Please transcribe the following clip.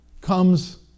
comes